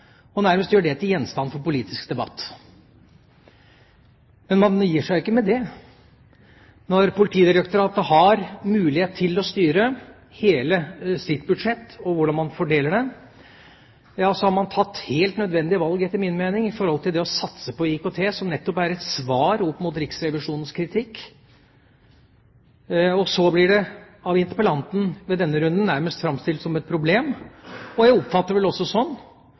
og nærmest gjør den til gjenstand for politisk debatt. Men man gir seg ikke med det. Når Politidirektoratet har mulighet til å styre hele sitt budsjett og hvordan man fordeler det, har man tatt helt nødvendige valg, etter min mening, når det gjelder det å satse på IKT, som nettopp er et svar opp mot Riksrevisjonens kritikk, og så blir det av interpellanten i denne runden nærmest framstilt som et problem. Jeg oppfatter det vel også sånn